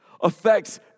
affects